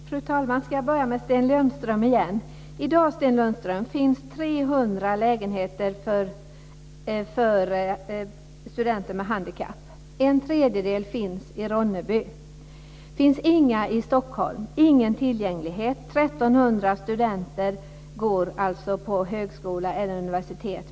Fru talman! Jag ska börja med att vända mig till Sten Lundström. I dag finns det 300 lägenheter för studenter med handikapp. En tredjedel finns i Ronneby. Det finns inga i Stockholm - ingen tillgänglighet. 1 300 studenter som har handikapp går på högskola eller universitet.